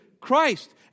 Christ